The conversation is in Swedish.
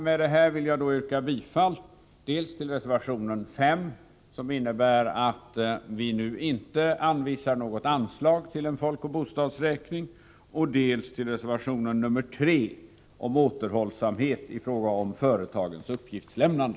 Med detta vill jag yrka bifall dels till reservation 5, som innebär att vi nu inte anvisar något anslag till en folkoch bostadsräkning, dels till reservation 3 om återhållsamhet i fråga om företagens uppgiftslämnande.